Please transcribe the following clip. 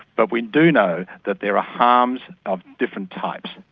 but we do know that there are harms of different types.